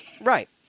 Right